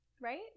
Right